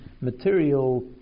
material